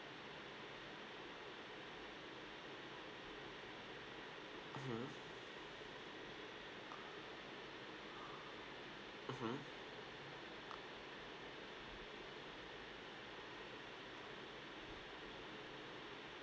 mmhmm mmhmm